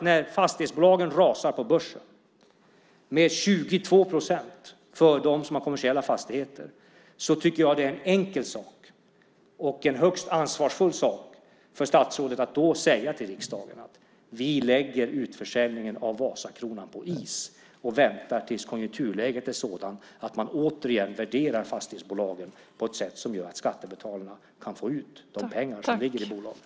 När fastighetsbolagen rasar på börsen med 22 procent för dem som har kommersiella fastigheter tycker jag att det är en enkel och högst ansvarsfull sak för statsrådet att säga till riksdagen: Vi lägger utförsäljningen av Vasakronan på is och väntar tills konjunkturläget är sådant att man återigen värderar fastighetsbolagen på ett sätt som gör att skattebetalarna kan få ut de pengar som ligger i bolaget.